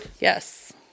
Yes